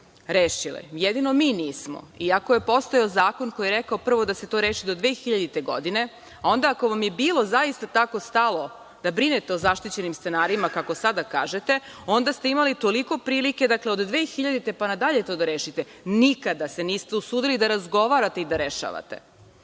rešile. Jedino mi nismo iako je postojao zakon koji je rekao prvo da se to reši do 2000. godine, a onda ako vam je bilo zaista tako stalo da brinete o zaštićenim stanarima, kako sada kažete, onda ste imali toliko prilike, od 2000. godine pa nadalje to da rešite. Nikada se niste usudili da razgovarate i da rešavate. Drugo,